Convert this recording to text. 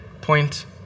point